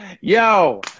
Yo